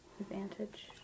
advantage